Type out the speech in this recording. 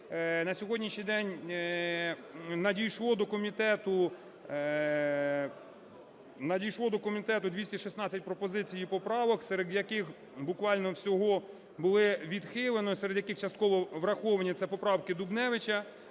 до комітету… надійшло до комітету 216 пропозицій і поправок, серед яких буквально всього було відхилено, серед яких частково враховані – це поправки Дубневича,